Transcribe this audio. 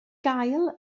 gael